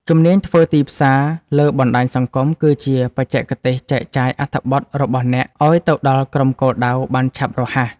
ជំនាញធ្វើទីផ្សារលើបណ្ដាញសង្គម គឺជាបច្ចេកទេសចែកចាយអត្ថបទរបស់អ្នកឱ្យទៅដល់ក្រុមគោលដៅបានឆាប់រហ័ស។